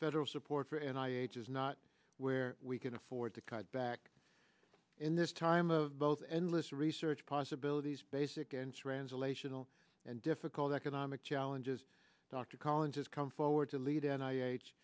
federal support for and i age is not where we can afford to cut back in this time of both endless research possibilities basic enshrines relational and difficult economic challenges dr collins has come forward to lead and i h